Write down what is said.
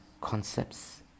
concepts